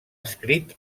escrit